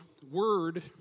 word